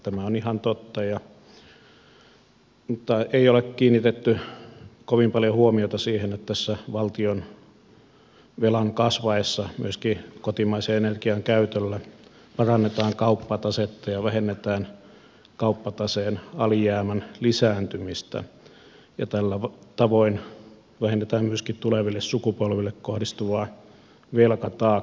tämä on ihan totta mutta ei ole kiinnitetty kovin paljon huomiota siihen että tässä valtionvelan kasvaessa myöskin kotimaisen energian käytöllä parannetaan kauppatasetta ja vähennetään kauppataseen alijäämän lisääntymistä ja tällä tavoin vähennetään myöskin tuleville sukupolville kohdistuvaa velkataakkaa